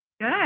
Good